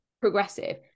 progressive